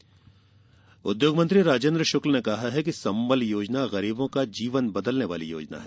संबल योजना उद्योग मंत्री राजेन्द्र शुक्ल ने कहा है कि संबल योजना गरीबों का जीवन बदलने वाली योजना है